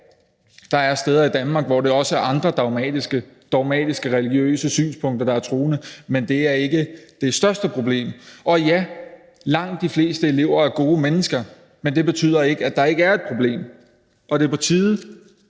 der er steder i Danmark, hvor der også er andre dogmatiske religiøse synspunkter, der er truende, men det er ikke det største problem. Og ja, langt de fleste elever er gode mennesker, men det betyder ikke, at der ikke er et problem. Det er